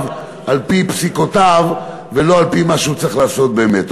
על-פי פסיקותיו ולא על-פי מה שהוא צריך לעשות באמת.